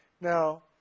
Now